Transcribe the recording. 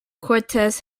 cortez